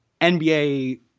NBA